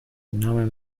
نام